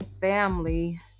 family